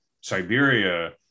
Siberia